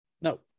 No